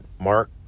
Mark